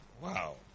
Wow